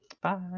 bye